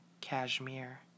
cashmere